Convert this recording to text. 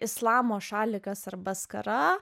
islamo šalikas arba skara